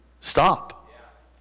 stop